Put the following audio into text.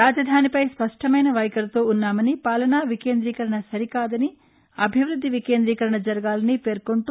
రాజధానిపై స్పష్టమైన వైఖరితో ఉన్నామని పాలనా వికేంద్రీకరణ సరికాదని అభివృద్ది వికేందీకరణ జరగాలని పేర్కొంటూ